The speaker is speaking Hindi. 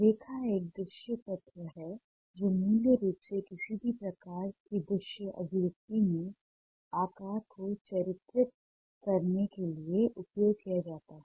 रेखा एक दृश्य तत्व है जो मुख्य रूप से किसी भी प्रकार की दृश्य अभिव्यक्ति में आकार को चित्रित करने के लिए उपयोग किया जाता है